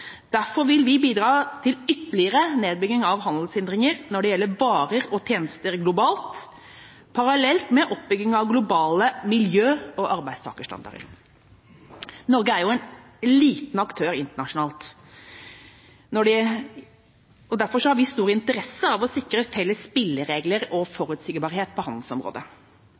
Derfor vil vi bidra til ytterligere nedbygging av handelshindringer når det gjelder varer og tjenester globalt, parallelt med oppbygging av globale miljø- og arbeidstakerstandarder. Norge er en liten aktør internasjonalt. Derfor har vi stor interesse av å sikre felles spilleregler og